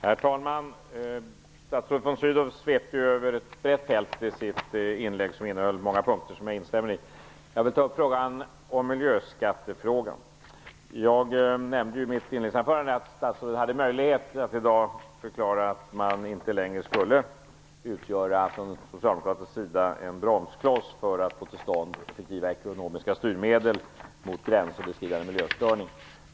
Herr talman! Statsrådet von Sydow svepte över ett brett fält i sitt inlägg, som innehöll många punkter där jag instämmer. Jag vill ta upp miljöskattefrågan. I mitt inledningsanförande nämnde jag att statsrådet i dag hade möjlighet att förklara att man från socialdemokratisk sida inte längre skulle utgöra en bromskloss för att få till stånd effektivare ekonomiska styrmedel mot gränsöverskridande miljöförstöring.